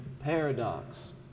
paradox